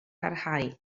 parhau